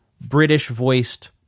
British-voiced